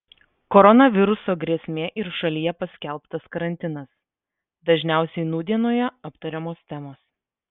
koronaviruso grėsmė ir šalyje paskelbtas karantinas dažniausiai nūdienoje aptariamos temos